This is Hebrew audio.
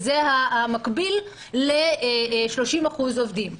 זה המקביל ל-30% עובדים.